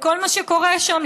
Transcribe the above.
לכל מה שקורה שם,